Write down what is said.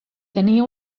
tenia